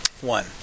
One